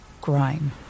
Grime